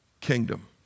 kingdom